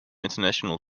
international